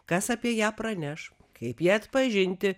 kas apie ją praneš kaip ją atpažinti